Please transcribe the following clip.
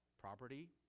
property